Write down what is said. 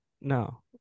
No